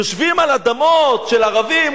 יושבים על אדמות של ערבים,